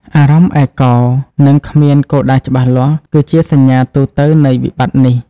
អារម្មណ៍ឯកោ និងគ្មានគោលដៅច្បាស់លាស់ គឺជាសញ្ញាទូទៅនៃវិបត្តិនេះ។